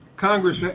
Congress